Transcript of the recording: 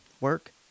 Work